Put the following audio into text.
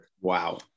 Wow